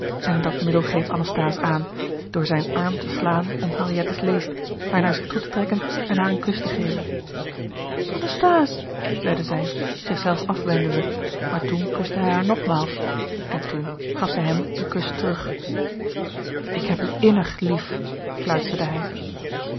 en dat middel greep anasthase aan door zijn arm te slaan om henriette's leest haar naar zich toe te trekken en haar een kus te geven anasthase zeide zij zich zelf afwendende maar toen gerard keller het testament van mevrouw de tonnette kuste hij haar nogmaals en toen gaf zij hem een kus terug ik heb u innig lief fluisterde hij